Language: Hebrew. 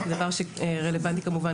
דבר שרלוונטי כמובן,